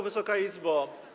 Wysoka Izbo!